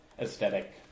aesthetic